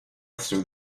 through